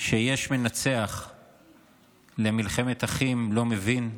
שיש מנצח למלחמת אחים לא מבין,